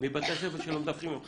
מבתי הספר שלא מדווחים הם חרדים.